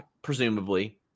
Presumably